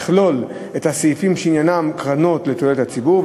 יכלול את הסעיפים שעניינם קרנות לתועלת הציבור,